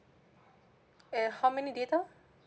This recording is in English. and how many data